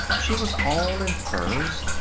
she was all in furs.